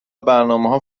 برنامه